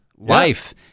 life